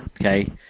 okay